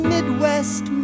Midwest